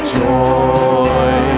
joy